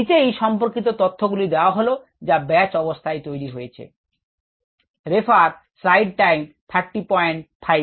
নিচেই সম্পরকিত তথ্য গুলি দেয়া হল যা ব্যাচ অবস্থায় তৈরি হয়েছে